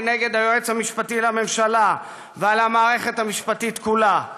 כלפי היועץ המשפטי לממשלה והמערכת המשפטית כולה,